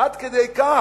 עד כדי כך